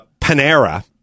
Panera